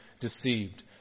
deceived